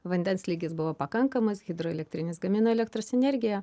vandens lygis buvo pakankamas hidroelektrinės gamino elektros energiją